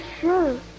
sure